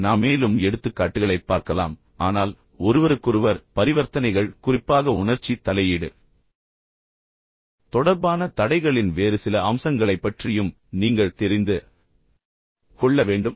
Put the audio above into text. இப்போது நாம் மேலும் எடுத்துக்காட்டுகளைப் பார்க்கலாம் ஆனால் நாம் மேலும் எடுத்துக்காட்டுகளைப் பார்க்கும்போது ஒருவருக்கொருவர் பரிவர்த்தனைகள் குறிப்பாக உணர்ச்சி தலையீடு தொடர்பான தடைகளின் வேறு சில அம்சங்களைப் பற்றியும் நீங்கள் தெரிந்து கொள்ள வேண்டும்